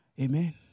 amen